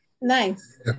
Nice